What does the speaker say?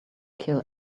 kill